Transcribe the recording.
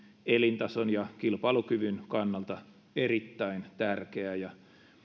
elintason ja kilpailukyvyn kannalta erittäin tärkeää ja